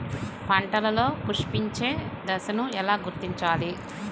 పంటలలో పుష్పించే దశను ఎలా గుర్తించాలి?